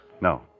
No